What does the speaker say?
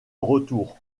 retour